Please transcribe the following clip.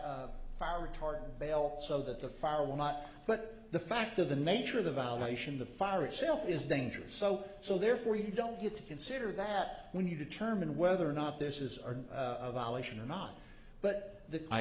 fire retardant fail so that the far will not but the fact of the nature of the violation the fire itself is dangerous so so therefore you don't get to consider that when you determine whether or not this is a violation or not but